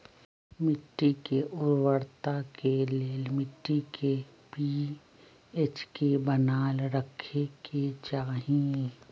मिट्टी के उर्वरता के लेल मिट्टी के पी.एच के बनाएल रखे के चाहि